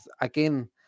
Again